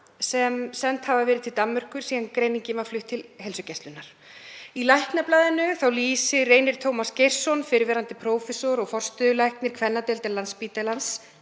sem send hafa verið til Danmerkur síðan greiningin var flutt til heilsugæslunnar. Í Læknablaðinu lýsir Reynir Tómas Geirsson, fyrrverandi prófessor og forstöðulæknir kvennadeildar Landspítalans,